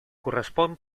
correspon